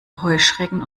heuschrecken